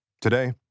Today